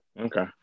Okay